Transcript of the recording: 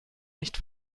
nicht